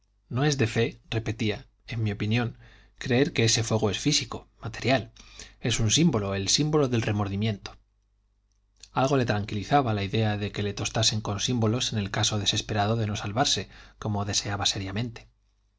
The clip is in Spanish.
no es de fe repetía en mi opinión creer que ese fuego es físico material es un símbolo el símbolo del remordimiento algo le tranquilizaba la idea de que le tostasen con símbolos en el caso desesperado de no salvarse como deseaba seriamente